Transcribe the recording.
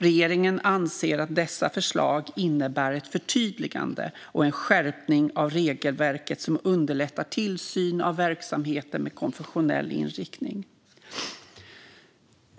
Regeringen anser att förslagen innebär ett förtydligande och en skärpning av det regelverk som underlättar tillsynen av verksamheter med konfessionell inriktning.